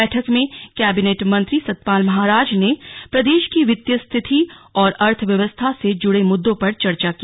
बैठक में केबिनेट मंत्री सतपाल महाराज ने प्रदेश की वित्तीय स्थिति और अर्थव्यवस्था से जुड़े मुद्दों पर चर्चा की